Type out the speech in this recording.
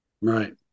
Right